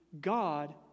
God